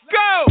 go